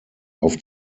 auf